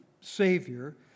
Savior